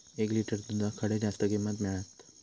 एक लिटर दूधाक खडे जास्त किंमत मिळात?